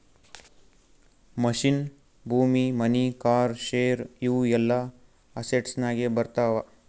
machine, ಭೂಮಿ, money, car, share ಇವು ಎಲ್ಲಾ ಅಸೆಟ್ಸನಾಗೆ ಬರ್ತಾವ